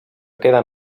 queden